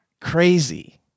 crazy